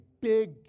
big